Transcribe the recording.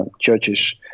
Churches